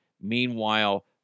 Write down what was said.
Meanwhile